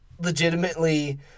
legitimately